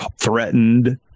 threatened